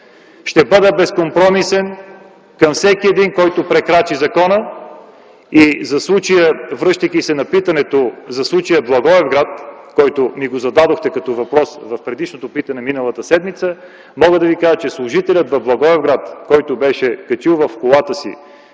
Ще бъда безкомпромисен към всеки, който прекрачи закона! Връщайки се на питането за случая в Благоевград, което ми зададохте като въпрос в предишното питане миналата седмица, мога да ви кажа, че служителят от Благоевград, който беше качил в колата си